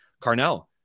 Carnell